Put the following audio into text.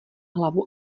hlavu